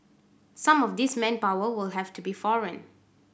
some of this manpower will have to be foreign